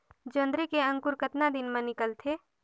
जोंदरी के अंकुर कतना दिन मां निकलथे?